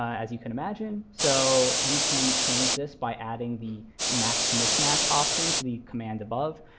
as you can imagine. so you can change this by adding the max mismatch option to the command above.